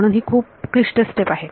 म्हणून ही खूप क्लिष्ट स्टेप आहे